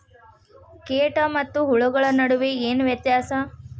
ಕೇಟ ಮತ್ತು ಹುಳುಗಳ ನಡುವೆ ಏನ್ ವ್ಯತ್ಯಾಸ?